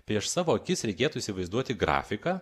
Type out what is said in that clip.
prieš savo akis reikėtų įsivaizduoti grafiką